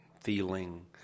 feeling